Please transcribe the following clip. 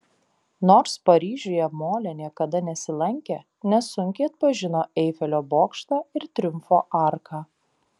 nors paryžiuje molė niekada nesilankė nesunkiai atpažino eifelio bokštą ir triumfo arką